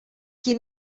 qui